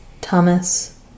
Thomas